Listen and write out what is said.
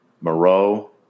Moreau